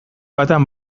batean